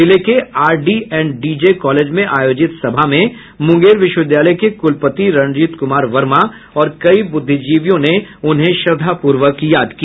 जिले के R D and DJ college में आयोजित सभा में मुंगेर विश्वविद्यालय के कुलपति रणजीत कुमार वर्मा और कई बुद्धिजीवियों ने उन्हें श्रद्धापूर्वक याद किया